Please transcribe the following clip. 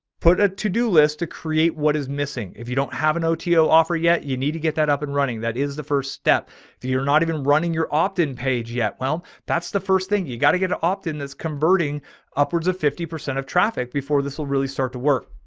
put a, to do list to create what is missing. if you don't have an oto offer, yet you need to get that up and running. that is the first step. if you're not even running your opt in page yet. well, that's the first first thing you got to get an opt in. that's converting upwards of fifty percent of traffic before this will really start to work.